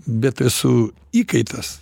bet esu įkaitas